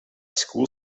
school